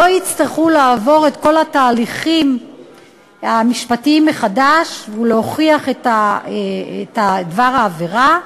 לא יצטרכו לעבור את כל התהליכים המשפטיים מחדש ולהוכיח את דבר העבירה,